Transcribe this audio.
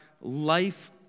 life